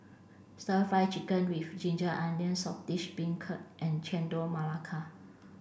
stir fried chicken with ginger onions saltish beancurd and chendol melaka